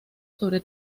sobre